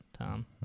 Tom